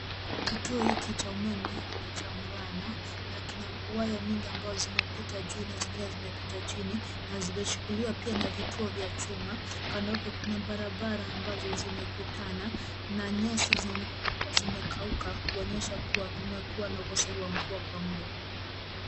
Kituo hiki cha umeme ni cha mrama na kina waya mingi ambao zimepita juu na zingine zimepita chini na zimeshikiliwa pia na vituo vya chuma. Kando kuna barabara ambazo zimekutana na nyasi zinaonekana zimekauka kuonyesha kuwa kumekuwa na ukosefu wa mvua kwa muda.